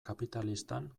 kapitalistan